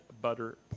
butter